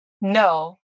no